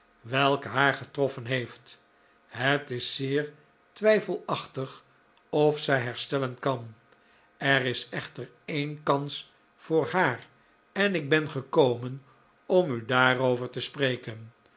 welke haar getroffen heeft het is zeer twijfelachtig of zij herstellen zal er is echter een kans voor haar en ik ben gekomen om u daarover te spreken